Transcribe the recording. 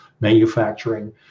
manufacturing